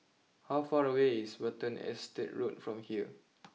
how far away is Watten Estate Road from here